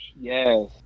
Yes